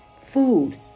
food